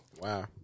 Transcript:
Wow